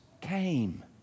came